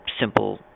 simple